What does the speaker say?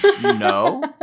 No